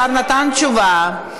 השר נתן תשובה,